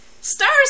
Star's